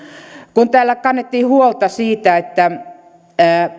kun täällä kannettiin huolta siitä että